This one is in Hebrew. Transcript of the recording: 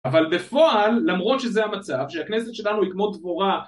אבל בפועל למרות שזה המצב שהכנסת שלנו היא כמו דבורה